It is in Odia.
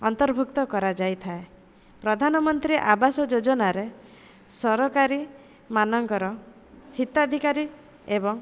ଅନ୍ତର୍ଭୁକ୍ତ କରାଯାଇଥାଏ ପ୍ରଧାନମନ୍ତ୍ରୀ ଆବାସ ଯୋଜନାରେ ସରକାରୀ ମାନଙ୍କର ହିତାଧିକାରୀ ଏବଂ